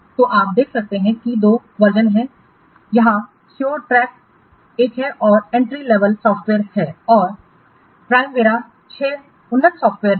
तो आप देख सकते हैं कि दो संस्करण हैं यहां SureTrack एक है जो एंट्री लेवल सॉफ्टवेयर है और Primavera 6 उन्नत सॉफ्टवेयर है